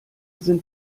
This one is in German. sind